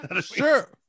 Sure